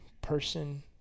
person